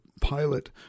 pilot